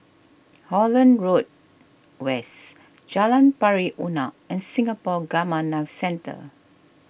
Holland Road West Jalan Pari Unak and Singapore Gamma Knife Centre